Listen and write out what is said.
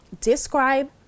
describe